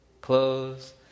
close